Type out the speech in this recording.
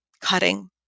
cutting